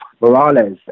Morales